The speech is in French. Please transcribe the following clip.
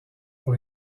pour